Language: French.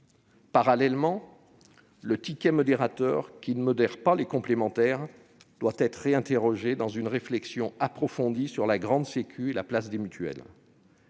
Parallèlement, le ticket modérateur, qui ne modère pas les complémentaires, doit être repensé au terme d'une réflexion approfondie sur la « grande sécu » et la place des mutuelles.